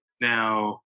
Now